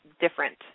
different